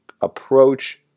approach